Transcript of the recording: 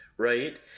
Right